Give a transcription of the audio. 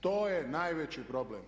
To je najveći problem.